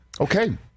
okay